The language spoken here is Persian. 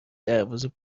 دروازه